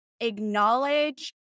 acknowledge